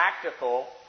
practical